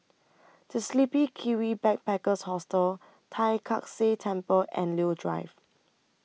The Sleepy Kiwi Backpackers Hostel Tai Kak Seah Temple and Leo Drive